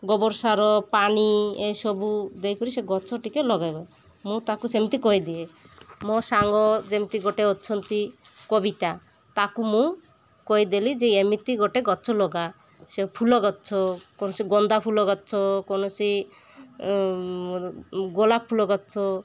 ଗୋବର ସାର ପାଣି ଏସବୁ ଦେଇ କରି ସେ ଗଛ ଟିକେ ଲଗାଇବେ ମୁଁ ତାକୁ ସେମିତି କହିଦିଏ ମୋ ସାଙ୍ଗ ଯେମିତି ଗୋଟେ ଅଛନ୍ତି କବିତା ତାକୁ ମୁଁ କହିଦେଲି ଯେ ଏମିତି ଗୋଟେ ଗଛ ଲଗା ସେ ଫୁଲ ଗଛ କୌଣସି ଗନ୍ଧ ଫୁଲ ଗଛ କୌଣସି ଗୋଲାପ ଫୁଲ ଗଛ